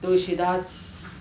Tulsidas